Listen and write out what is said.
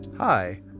Hi